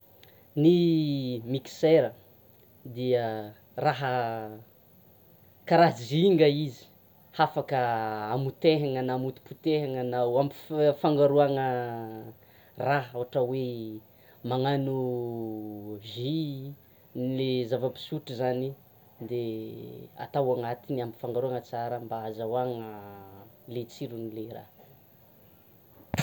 Ny mixeur dia raha karaha zinga izy hafaka hamotehana na hamotompotehina na hampifangaroana raha, ohatra hoe magnano jus le zava-pisotro zany de atao anatiny hampifangaroana tsara mba azahoana le tsirony le raha.